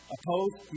Opposed